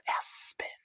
aspen